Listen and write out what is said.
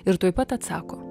ir tuoj pat atsako